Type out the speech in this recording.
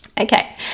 Okay